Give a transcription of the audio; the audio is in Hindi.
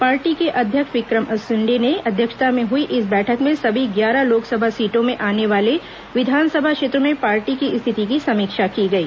पार्टी के अध्यक्ष विक्रम उसेंडी की अध्यक्षता में हुई इस बैठक में सभी ग्यारह लोकसभा सीटों में आने वाले विधानसभा क्षेत्रों में पार्टी की स्थिति की समीक्षा की गई